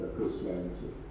Christianity